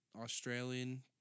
australian